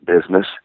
business